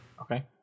okay